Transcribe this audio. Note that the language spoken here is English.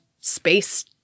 space